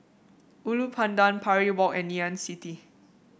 Ulu Pandan Parry Walk and Ngee Ann City